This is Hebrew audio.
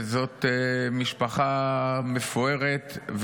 וזאת משפחה מפוארת,